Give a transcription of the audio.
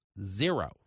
zero